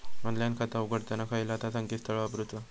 Online खाता उघडताना खयला ता संकेतस्थळ वापरूचा?